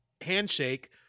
handshake